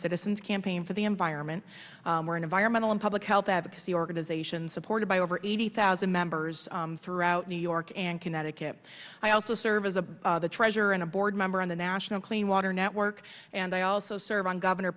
citizens campaign for the environment where an environmental and public health advocacy organization supported by over eighty thousand members throughout new york and connecticut i also serve as a the treasurer and a board member on the national clean water network and i also serve on governor